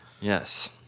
Yes